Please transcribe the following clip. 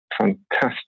fantastic